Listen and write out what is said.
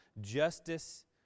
Justice